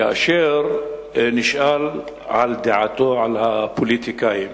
כאשר נשאל לדעתו על הפוליטיקאים,